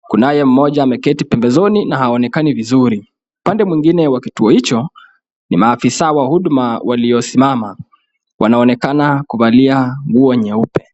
Kunaye mmoja ameketi pembezoni na haonekani vizuri. Upande mwingine wa kituo hicho ni maafisa wa huduma waliosimama, wanaonekana kuvalia nguo nyeupe.